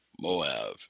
Moab